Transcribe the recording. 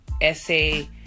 essay